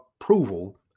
approval